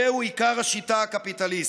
זהו עיקר השיטה הקפיטליסטית.